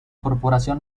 corporación